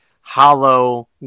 hollow